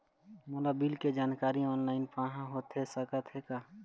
मोला बिल के जानकारी ऑनलाइन पाहां होथे सकत हे का?